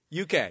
UK